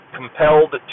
compelled